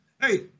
Hey